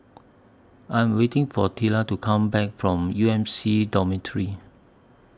I Am waiting For Tilla to Come Back from U M C Dormitory